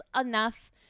enough